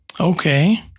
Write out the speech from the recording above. Okay